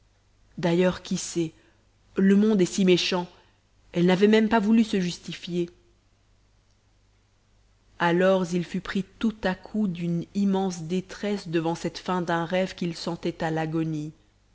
d'ailleurs qui sait le monde est si méchant elle n'avait même pas voulu se justifier alors il fut pris tout à coup d'une immense détresse devant cette fin d'un rêve qu'il sentait à l'agonie